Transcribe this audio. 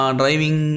driving